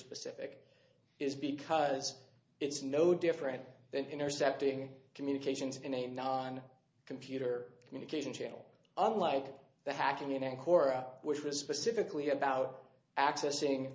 specific is because it's no different than intercepting communications in a non computer communication channel unlike the hacking in cora which was specifically about accessing